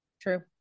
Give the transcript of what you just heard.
True